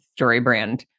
StoryBrand